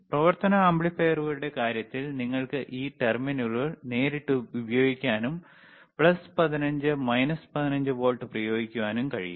പ്രവർത്തന ആംപ്ലിഫയറുകളുടെ കാര്യത്തിൽ നിങ്ങൾക്ക് ഈ ടെർമിനലുകൾ നേരിട്ട് ഉപയോഗിക്കാനും പ്ലസ് 15 മൈനസ് 15 വോൾട്ട് പ്രയോഗിക്കാനും കഴിയും